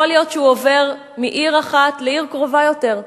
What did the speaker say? יכול להיות שהוא עובר מעיר אחת לעיר קרובה יותר.